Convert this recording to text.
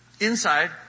inside